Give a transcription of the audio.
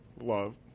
love